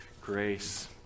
grace